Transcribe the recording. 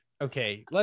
okay